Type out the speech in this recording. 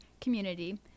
community